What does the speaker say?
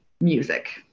music